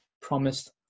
promised